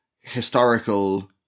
historical